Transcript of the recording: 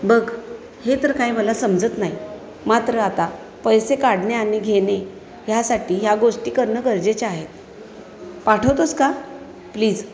बघ हे तर काय मला समजत नाही मात्र आता पैसे काढणे आणि घेणे ह्यासाठी ह्या गोष्टी करणं गरजेच्या आहेत पाठवतोस का प्लीज